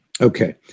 Okay